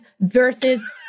versus